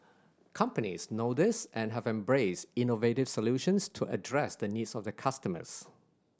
companies know this and have embraced innovative solutions to address the needs of their customers